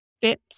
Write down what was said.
fit